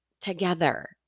together